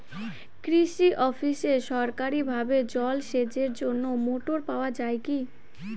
কৃষি অফিসে সরকারিভাবে জল সেচের জন্য মোটর পাওয়া যায় কি?